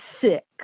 sick